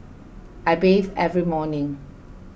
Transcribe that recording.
I bathe every morning